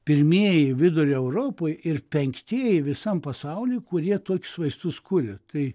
pirmieji vidurio europoj ir penktieji visam pasauly kurie tokius vaistus kuria tai